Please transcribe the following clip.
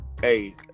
Hey